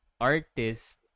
artist